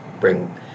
bring